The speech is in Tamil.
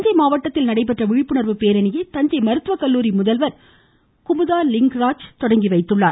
தஞ்சையில் மாவட்டத்தில் நடைபெற்ற விழிப்புணர்வு பேரணியை தஞ்சை மருத்துவக்கல்லூரி முதல்வர் குமுதா லிங்கராஜ் தொடங்கிவைத்தார்